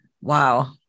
Wow